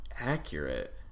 accurate